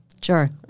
Sure